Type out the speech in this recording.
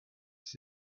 seer